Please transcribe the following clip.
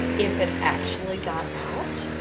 if it actually got out?